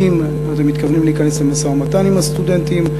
האם אתם מתכוונים להיכנס למשא-ומתן עם הסטודנטים?